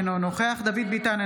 אינו נוכח דוד ביטן,